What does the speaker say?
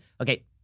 Okay